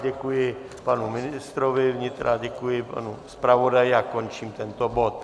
Děkuji panu ministru vnitra, děkuji panu zpravodaji a končím tento bod.